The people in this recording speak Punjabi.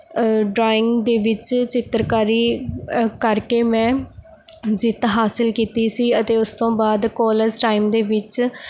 ਡਰਾਇੰਗ ਦੇ ਵਿੱਚ ਚਿੱਤਰਕਾਰੀ ਕਰਕੇ ਮੈਂ ਜਿੱਤ ਹਾਸਿਲ ਕੀਤੀ ਸੀ ਅਤੇ ਉਸ ਤੋਂ ਬਾਅਦ ਕੋਲੇਜ ਟਾਈਮ ਦੇ ਵਿੱਚ